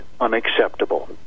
unacceptable